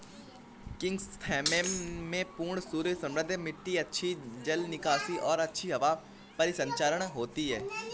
chrysanthemum में पूर्ण सूर्य समृद्ध मिट्टी अच्छी जल निकासी और अच्छी हवा परिसंचरण होती है